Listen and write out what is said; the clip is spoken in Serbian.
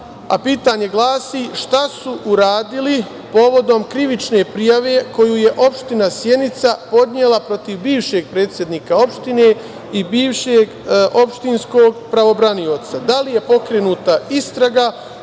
a pitanje glasi šta su uradili povodom krivične prijave koju je Opština Sjenica, podnela protiv bivšeg predsednika opštine i bivšeg opštinskog pravobranioca? Da li je pokrenuta istraga